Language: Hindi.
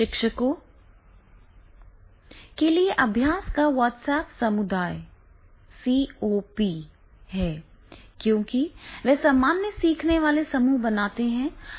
शिक्षकों के लिए अभ्यास का व्हाट्सएप समुदाय है क्योंकि वे सामान्य सीखने वाले समूह बनाते हैं